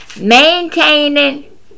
maintaining